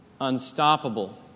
unstoppable